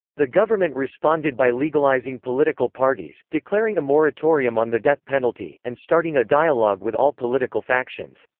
the government responded by legalizing political parties, declaring a moratorium on the death penalty, and starting a dialog with all political factions.